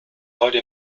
heute